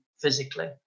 physically